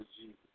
Jesus